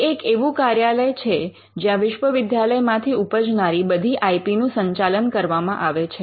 એ એક એવું કાર્યાલય છે જ્યાં વિશ્વવિદ્યાલયમાંથી ઉપજનારી બધી આઈ પી નું સંચાલન કરવામાં આવે છે